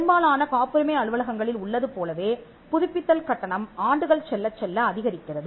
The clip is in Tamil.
பெரும்பாலான காப்புரிமை அலுவலகங்களில் உள்ளது போலவே புதுப்பித்தல் கட்டணம் ஆண்டுகள் செல்லச்செல்ல அதிகரிக்கிறது